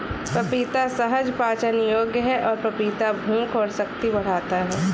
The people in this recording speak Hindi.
पपीता सहज पाचन योग्य है और पपीता भूख और शक्ति बढ़ाता है